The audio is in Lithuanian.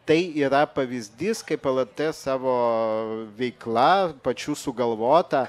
tai yra pavyzdys kaip lrt savo veikla pačių sugalvota